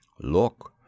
Look